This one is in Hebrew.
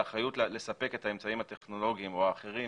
האחריות לספק את האמצעים הטכנולוגיים או האחרים